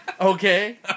Okay